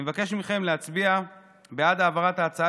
אני מבקש מכם להצביע בעד העברת ההצעה